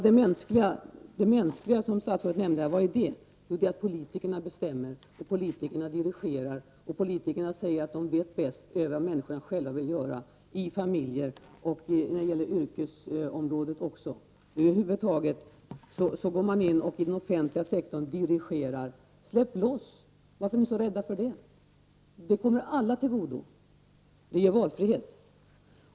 Det mänskliga som statsrådet nämnde skulle vara att politikerna bestämmer, politikerna dirigerar och de vet bäst vad människorna vill göra i familjerna och på yrkesområdet. Över huvud taget går man in i den offentliga sektorn och dirigerar. Varför är ni så rädda för att släppa loss? Det kommer alla till godo, och det ger valfrihet.